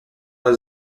dans